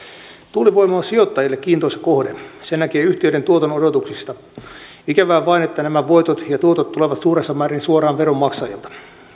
tuulivoima on sijoittajille kiintoisa kohde sen näkee yhtiöiden tuotonodotuksista ikävää vain että nämä voitot ja tuotot tulevat suuressa määrin suoraan veronmaksajilta